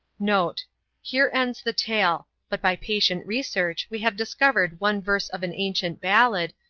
note here ends the tale, but by patient research we have discovered one verse of an ancient ballad,